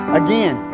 again